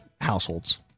households